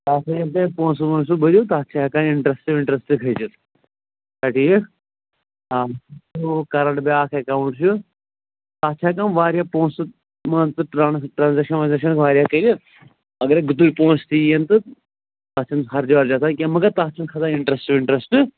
تَتھ ییٚلہِ تۄہہِ پۅنٛسہٕ وۅنٛسہٕ بٔرِو تَتھ چھِ ہٮ۪کان اِنٹرٛسٹہٕ وِنٹرٛسٹہٕ کھٔسِتھ چھا ٹھیٖک آ کَرَنٛٹ بیٛاکھ اٮ۪کاوُنٛٹ چھُ تَتھ چھِ ہٮ۪کان واریاہ پۅنٛسہٕ منٛز تہٕ ٹرٛانس ٹرٛانزیکشن وانزیکشَن واریاہ کٔرِتھ اگرے گُتُلۍ پۅنٛسہٕ تہِ یِن تہٕ تَتھ چھِنہٕ ہرجہ وَرجہ آسان کیٚنٛہہ مگر تَتھ چھُنہٕ کھسان اِنٹرَسٹہٕ وِنٹرسٹہٕ